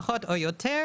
פחות או יותר,